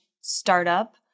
startup